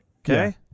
Okay